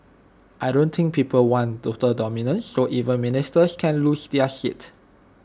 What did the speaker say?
I don't think people want total dominance so even ministers can lose their seats